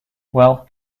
well